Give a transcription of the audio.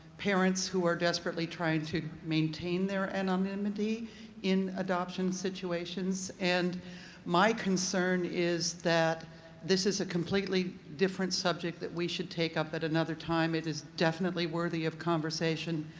parents who are desperately trying to maintain their anonymity in adoption situations, and my concern is that this is a completely different subject that we should take up at another time. it is definitely worthy of conversation,